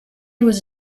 was